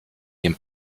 dem